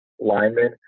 lineman